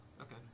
Okay